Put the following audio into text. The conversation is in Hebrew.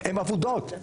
הן אבודות.